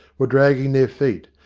were dragging their feet,